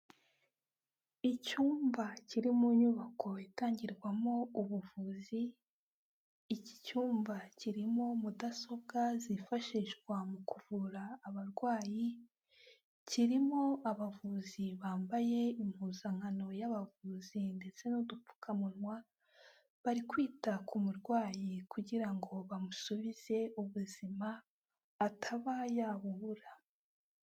Icyumba kiri mu nyubako itangirwamo ubuvuzi, iki cyumba kirimo mudasobwa zifashishwa mu kuvura abarwayi, kirimo abavuzi bambaye impuzankano y'abavuzi ndetse n'udupfukamunwa, bari kwita ku murwayi kugira ngo bamusubize ubuzima, ataba yabubura.